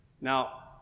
Now